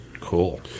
cool